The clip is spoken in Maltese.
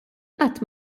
qatt